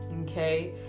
okay